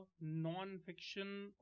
non-fiction